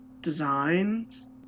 designs